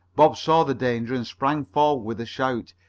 bob saw the danger and sprang forward with a shout,